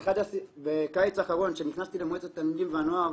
בקיץ האחרון כשנכנסתי למועצת התלמידים והנוער,